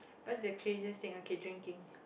what's the craziest thing okay drinking